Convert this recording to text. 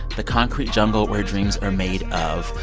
the concrete jungle where dreams are made of.